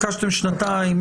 ביקשתם שנתיים,